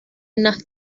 nach